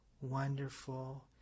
wonderful